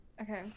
Okay